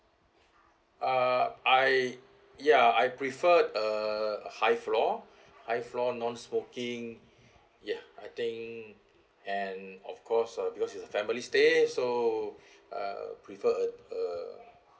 uh I ya I prefer err high floor high floor non-smoking ya I think and of course uh because it's a family stay so uh prefer a a